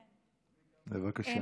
בבקשה.